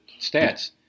stats